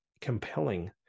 compelling